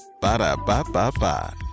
Ba-da-ba-ba-ba